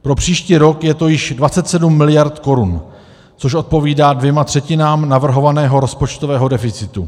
Pro příští rok je to již 27 mld. korun, což odpovídá dvěma třetinám navrhovaného rozpočtového deficitu.